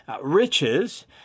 Riches